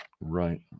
Right